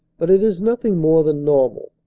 but it is nothing more than normal.